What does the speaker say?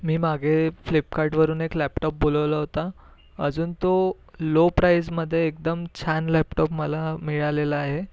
मी मागे फ्लिपकार्टवरून एक लॅपटॉप बोलावला होता अजून तो लो प्राईजमध्ये एकदम छान लॅपटॉप मला मिळालेला आहे